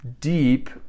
deep